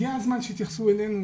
והגיע הזמן שיתייחסו אלינו,